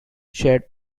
shared